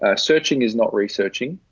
ah searching is not researching.